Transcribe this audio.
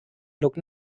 look